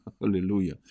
Hallelujah